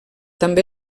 també